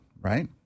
right